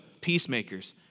peacemakers